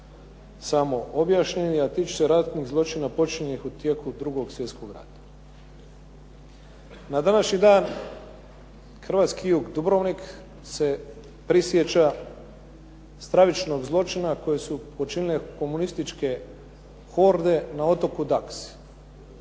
samo objašnjeni, a tiču se ratnih zločina počinjenih u tijeku 2. svjetskog rata. Na današnji dan hrvatski jug, Dubrovnik se prisjeća stravičnog zločina koje su počinile komunističke horde na otoku Daksi.